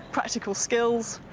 practical skills,